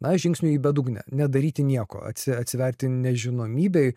na žingsniui į bedugnę nedaryti nieko atsi atsiverti nežinomybei